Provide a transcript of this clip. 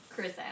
Chris